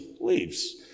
leaves